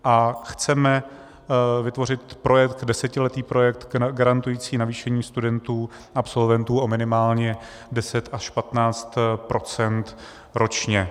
A chceme vytvořit projekt, desetiletý projekt garantující navýšení studentů, absolventů, o minimálně deset až patnáct procent ročně.